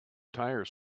tire